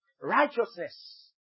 Righteousness